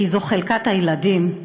כי זו חלקת ילדים.